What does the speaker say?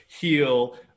Heal